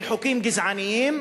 של חוקים גזעניים